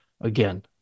Again